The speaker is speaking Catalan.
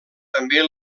també